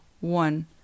one